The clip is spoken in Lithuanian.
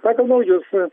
pagal naujus